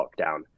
lockdown